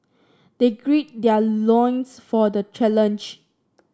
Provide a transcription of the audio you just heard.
they grid their loins for the challenge